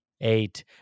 eight